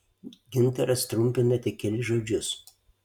gintaras trumpina tik kelis žodžius